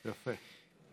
יפה.